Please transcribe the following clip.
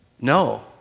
No